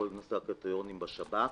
כל נושא הקריטריונים בשב"כ,